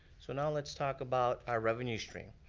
so, now, let's talk about our revenue stream.